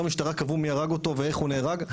המשטרה קבעו מי הרג אותו ואיך הוא נהרג,